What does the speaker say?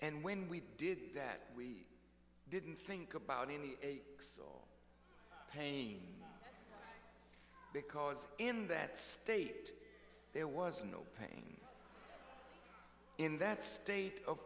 and when we did that we didn't think about any pain because in that state there was no pain in that state of